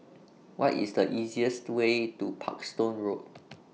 What IS The easiest Way to Parkstone Road